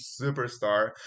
superstar